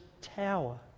tower